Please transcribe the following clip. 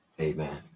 Amen